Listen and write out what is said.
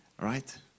Right